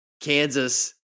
Kansas